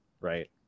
Right